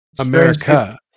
America